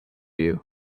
you